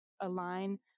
align